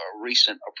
recent